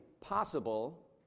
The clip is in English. possible